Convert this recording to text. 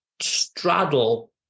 Straddle